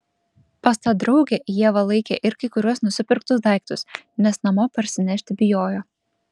pas tą draugę ieva laikė ir kai kuriuos nusipirktus daiktus nes namo parsinešti bijojo